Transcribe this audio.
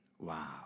Wow